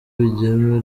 bigeme